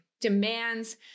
demands